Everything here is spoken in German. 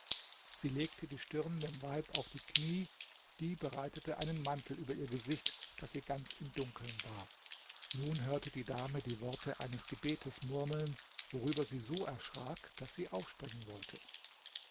sie legte die stirn dem weib auf die kniee die breitete einen mantel über ihr gesicht daß sie ganz im dunkeln war nun hörte die dame die worte eines gebetes murmeln worüber sie so erschrak daß sie aufspringen wollte